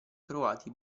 croati